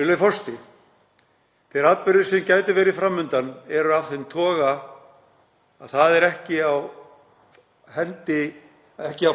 Virðulegur forseti. Þeir atburðir sem gætu verið fram undan eru af þeim toga að það er ekki á